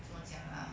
怎么讲 ah